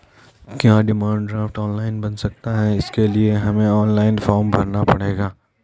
क्या demand draft online बन सकता है इसके लिए हमें ऑनलाइन फॉर्म भरना पड़ेगा?